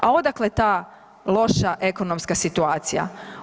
A odakle ta loša ekonomska situacija?